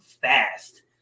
fast